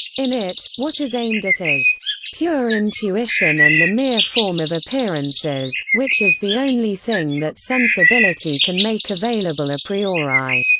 in it, what is aimed at is pure intuition and the mere form of appearances, which is the only thing that sensibility can make available a priori.